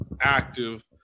active